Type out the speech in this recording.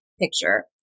picture